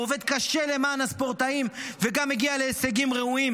הוא עובד קשה למען הספורטאים וגם הגיע להישגים ראויים,